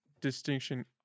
distinction